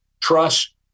trust